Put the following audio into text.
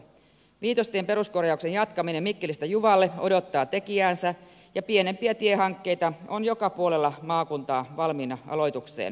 viitostien peruskorjauksen jatkaminen mikkelistä juvalle odottaa tekijäänsä ja pienempiä tiehankkeita on joka puolella maakuntaa valmiina aloitukseen